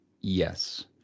Yes